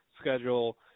schedule